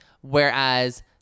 Whereas